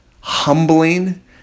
humbling